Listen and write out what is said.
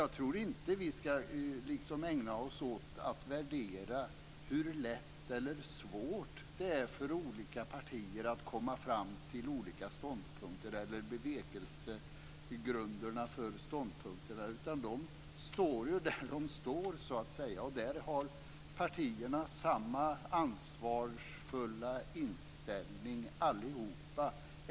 Jag tror inte att vi ska ägna oss åt att värdera hur lätt eller svårt det är för olika partier att komma fram till olika ståndpunkter eller bevekelsegrunder för ståndpunkterna. De står där de står, så att säga. Där har partierna samma ansvarsfulla inställning allihop.